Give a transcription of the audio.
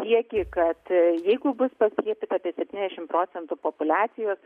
kiekį kad jeigu bus paskiepyta apie septyniasdešimt procentų populiacijos